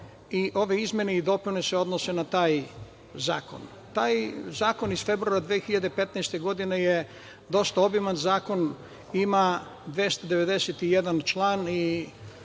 i ove izmene i dopune se odnose na taj zakon. Taj zakon iz februara 2015. godine je dosta obiman zakon i ima 291 član i